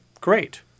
great